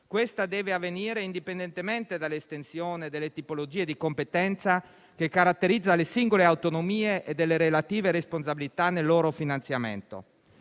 Questa deve avvenire indipendentemente dall'estensione delle tipologie di competenza che caratterizza le singole autonomie e delle relative responsabilità nel loro finanziamento.